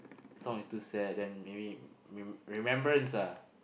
song is too sad then maybe mayb~ remembrance ah